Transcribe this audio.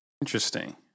Interesting